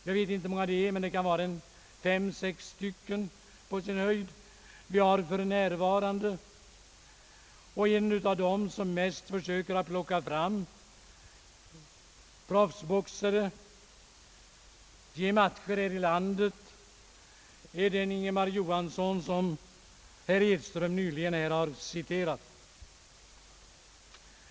Jag vet inte hur många det är, men det kan på sin höjd vara fem eller sex stycken. En av dem som mest försöker att få fram professionella boxare till matcher här i landet är Ingemar Johansson som herr Edström nyss citerade.